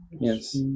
Yes